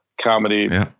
comedy